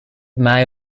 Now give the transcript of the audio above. may